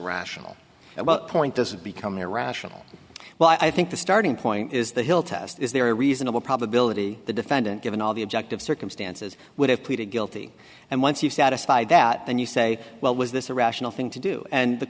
rational and well point doesn't become irrational well i think the starting point is the hill test is there a reasonable probability the defendant given all the objective circumstances would have pleaded guilty and once you satisfy that and you say well was this a rational thing to do and the